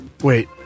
wait